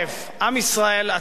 עם ישראל עצמו,